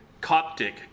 Coptic